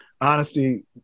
honesty